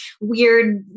weird